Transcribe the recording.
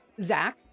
Zach